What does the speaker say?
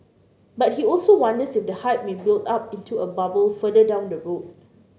but he also wonders if the hype may build up into a bubble further down the road